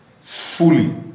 fully